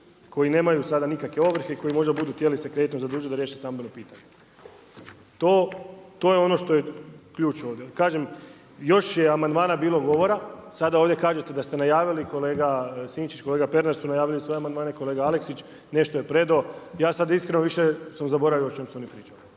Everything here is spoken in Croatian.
koji nemaju sada nikakve ovrhe i koji može se budu htjeli kreditno zadužiti da riješe stambeno pitanje. To je ono što je ključ ovdje. Kažem još je amandmana bilo govora, sada ovdje kažete da ste najavili kolega Sinčić, kolega Pernar su najavili svoje amandmane, kolega Aleksić nešto je predo, ja sada iskreno više sam zaboravio o čemu su oni pričali.